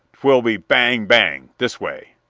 twill be, bang! bang this way!